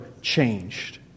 changed